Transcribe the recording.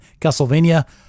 Castlevania